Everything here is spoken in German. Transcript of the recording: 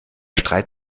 streit